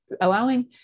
allowing